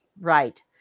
Right